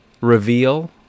reveal